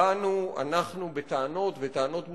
ואנחנו באנו בטענות, וטענות מוצדקות,